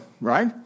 right